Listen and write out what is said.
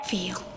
Feel